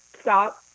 Stop